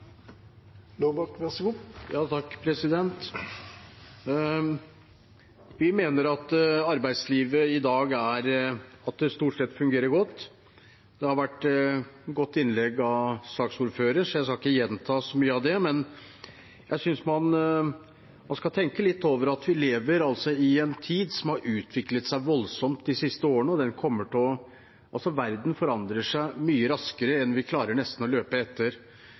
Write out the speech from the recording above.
Vi mener at arbeidslivet i dag stort sett fungerer godt. Det har vært et godt innlegg av saksordføreren, så jeg skal ikke gjenta så mye av det, men jeg synes man skal tenke litt over at vi lever i en tid som har utviklet seg voldsomt de siste årene. Det er nesten slik at verden forandrer seg mye raskere enn vi klarer å løpe etter,